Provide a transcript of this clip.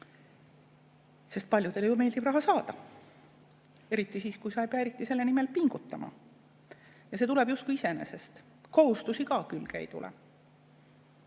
sest paljudele ju meeldib raha saada. Eriti siis, kui sa ei pea selle nimel pingutama ja see tuleb justkui iseenesest, kohustusi ka külge ei tule.